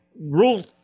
rule